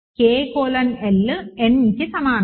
K colon L nకి సమానం